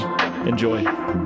Enjoy